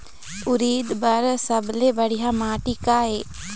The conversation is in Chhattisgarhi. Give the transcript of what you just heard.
उरीद बर सबले बढ़िया माटी का ये?